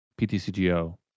PTCGO